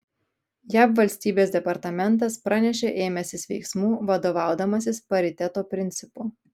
jav valstybės departamentas pranešė ėmęsis veiksmų vadovaudamasis pariteto principu